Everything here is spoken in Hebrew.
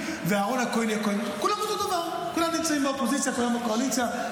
הטענה שלו כלפי משה רבנו הייתה כי